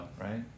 right